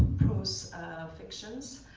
prose fictions.